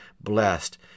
blessed